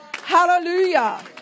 Hallelujah